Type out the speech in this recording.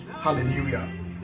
hallelujah